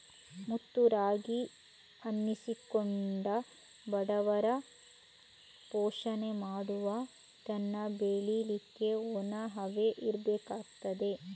ಮುತ್ತು ರಾಗಿ ಅನ್ನಿಸಿಕೊಂಡ ಬಡವರ ಪೋಷಣೆ ಮಾಡುವ ಇದನ್ನ ಬೆಳೀಲಿಕ್ಕೆ ಒಣ ಹವೆ ಇರ್ಬೇಕಾಗ್ತದೆ